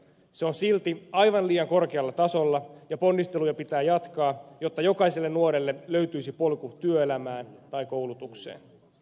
se on silti aivan liian korkealla tasolla ja ponnisteluja pitää jatkaa jotta jokaiselle nuorelle löytyisi polku työelämään tai koulutukseen